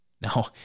Now